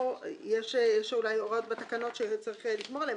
יש אולי הוראות בתקנות שצריך לשמור עליהן,